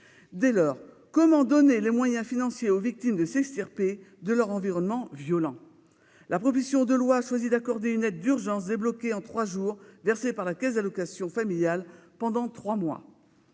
Dès lors, comment donner les moyens financiers aux victimes de s'extirper de leur environnement violent ? La proposition de loi choisit d'accorder une aide d'urgence, débloquée en trois jours et versée par la caisse d'allocations familiales pendant trois mois.